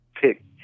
pick